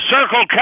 Circle